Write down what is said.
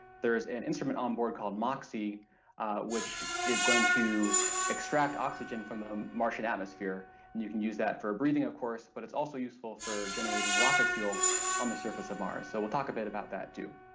there's an instrument on board called moxie which is going to extract oxygen from the martian atmosphere and you can use that for breathing of course but it's also useful for generating rocket fuel on the surface of mars so we'll talk a bit about that too.